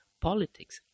politics